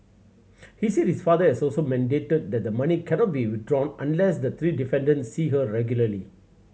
he said his father had also mandated that the money cannot be withdrawn unless the three defendants see her regularly